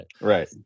Right